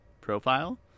profile